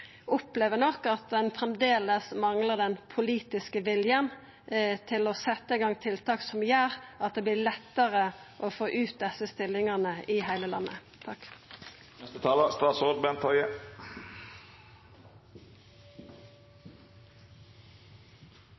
opplever nok at ein framleis manglar den politiske viljen til å setja i gang tiltak som gjer at det vert lettare å få desse stillingane ut i heile landet.